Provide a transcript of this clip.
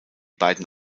beiden